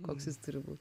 koks jis turi būt